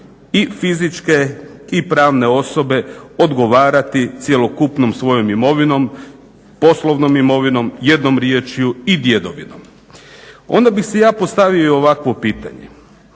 i fizičke i pravne osobe odgovarati cjelokupnom svojom imovinom, poslovnom imovinom, jednom riječju i djedovinom. Onda bi si ja postavio i ovakvo pitanje.